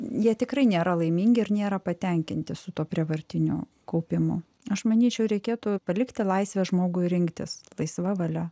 jie tikrai nėra laimingi ir nėra patenkinti su tuo prievartiniu kaupimu aš manyčiau reikėtų palikti laisvę žmogui rinktis laisva valia